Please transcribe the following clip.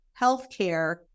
healthcare